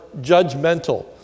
judgmental